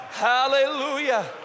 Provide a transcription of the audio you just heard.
Hallelujah